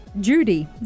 Judy